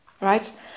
Right